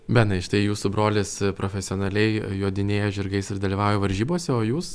benai štai jūsų brolis profesionaliai jodinėja žirgais ir dalyvauja varžybose o jūs